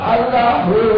Allahu